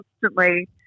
constantly